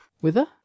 Whither